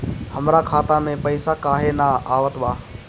हमरा खाता में पइसा काहे ना आवत बा?